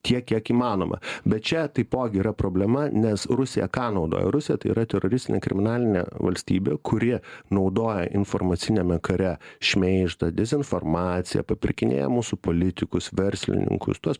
tiek kiek įmanoma bet čia taipogi yra problema nes rusija ką naudoja rusija tai yra teroristinė kriminalinė valstybė kuri naudoja informaciniame kare šmeižtą dezinformaciją papirkinėja mūsų politikus verslininkus tuos